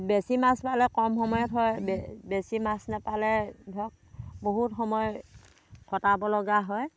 বেছি মাছ পালে কম সময়ত হয় বেছি মাছ নেপালে ধৰক বহুত সময় কটাব লগা হয়